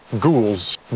Ghouls